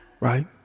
right